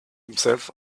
himself